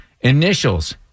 Initials